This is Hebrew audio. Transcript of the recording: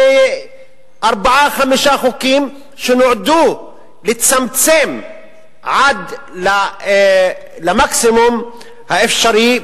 וארבעה-חמישה חוקים שנועדו לצמצם עד למקסימום האפשרי,